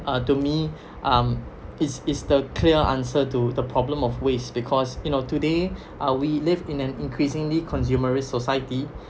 uh to me um is is the clear answer to the problem of waste because you know today uh we live in an increasingly consumerist society